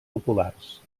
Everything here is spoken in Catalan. populars